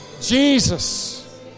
Jesus